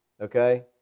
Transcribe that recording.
Okay